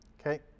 Okay